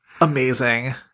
Amazing